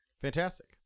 Fantastic